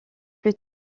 plus